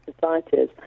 societies